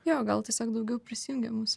jo gal tiesiog daugiau prisijungė mus